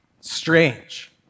strange